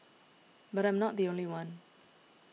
but I'm not the only one